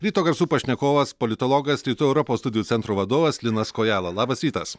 ryto garsų pašnekovas politologas rytų europos studijų centro vadovas linas kojala labas rytas